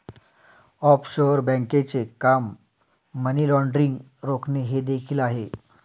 offshore बँकांचे काम money laundering रोखणे हे देखील आहे